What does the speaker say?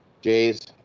Jays